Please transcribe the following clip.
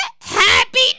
happy